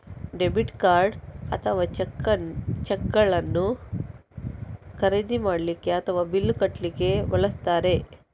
debit card ಅಥವಾ ಚೆಕ್ಗಳನ್ನು ಖರೀದಿ ಮಾಡ್ಲಿಕ್ಕೆ ಅಥವಾ ಬಿಲ್ಲು ಕಟ್ಲಿಕ್ಕೆ ಬಳಸ್ತಾರೆ